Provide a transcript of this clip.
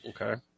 Okay